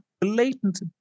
blatant